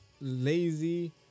lazy